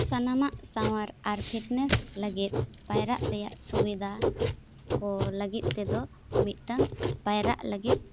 ᱥᱟᱱᱟᱢᱟᱜ ᱥᱟᱶᱟᱨ ᱟᱨ ᱯᱷᱤᱴᱱᱮᱥ ᱞᱟᱹᱜᱤᱫ ᱯᱟᱭᱨᱟᱜ ᱨᱮᱭᱟᱜ ᱥᱩᱵᱤᱫᱟ ᱠᱚ ᱞᱟᱹᱜᱤᱫ ᱛᱮᱫᱚ ᱢᱤᱫᱴᱟᱹᱝ ᱯᱟᱭᱨᱟᱜ ᱞᱟᱹᱜᱤᱫ